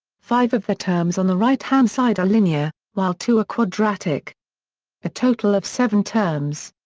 five of the terms on the right hand side are linear, while two are quadratic a total of seven terms.